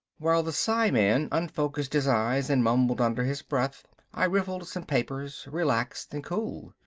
while the psiman unfocused his eyes and mumbled under his breath i riffled some papers, relaxed and cool.